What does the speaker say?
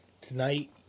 Tonight